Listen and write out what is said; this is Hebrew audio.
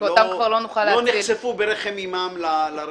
שלא נחשפו ברחם אימם לרשת.